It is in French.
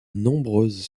nombreuses